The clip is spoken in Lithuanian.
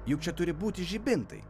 juk čia turi būti žibintai